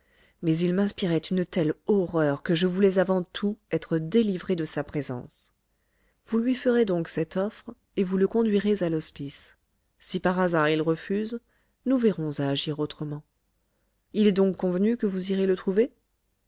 mais il m'inspirait une telle horreur que je voulais avant tout être délivré de sa présence vous lui ferez donc cette offre et vous le conduirez à l'hospice si par hasard il refuse nous verrons à agir autrement il est donc convenu que vous irez le trouver